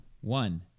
One